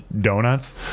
donuts